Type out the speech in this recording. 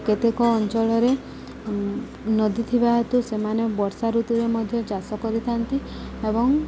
କେତେକ ଅଞ୍ଚଳରେ ନଦୀ ଥିବା ହେତୁ ସେମାନେ ବର୍ଷା ଋତୁରେ ମଧ୍ୟ ଚାଷ କରିଥାନ୍ତି ଏବଂ